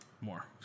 More